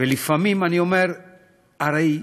הרי לפעמים,